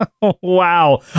wow